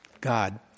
God